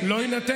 תדבר על